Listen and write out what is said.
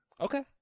Okay